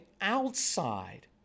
outside